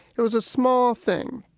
it was a small thing.